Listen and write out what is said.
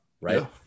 Right